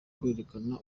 kwerekana